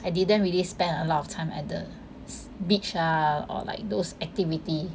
I didn't really spend a lot of time at the beach ah or like those activity